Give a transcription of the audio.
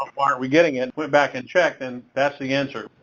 aren't we getting it went back and checked, and that's the answer.